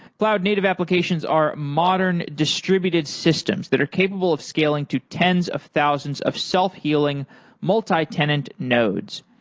cloud native applications are modern distributed systems that are capable of scaling to tens of thousands of self-healing multi-tenant nodes.